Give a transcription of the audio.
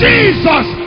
Jesus